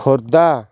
Khordha